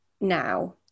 now